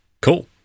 Cool